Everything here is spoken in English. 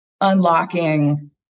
unlocking